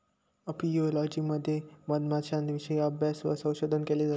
apiology मध्ये मधमाश्यांविषयी अभ्यास व संशोधन केले जाते